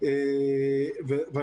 ניצב דורון,